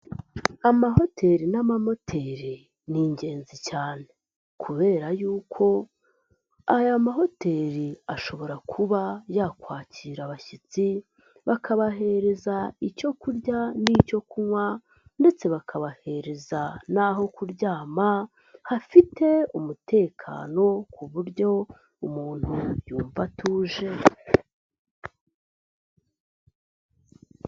Amahoteli n'amamoteli ni ingenzi cyane, kubera yuko aya mahoteli ashobora kuba yakwakira abashyitsi bakabahereza icyo kurya n'icyo kunywa ndetse bakabahereza n'aho kuryama hafite umutekano, ku buryo umuntu yumva atuje.